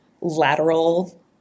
lateral